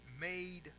made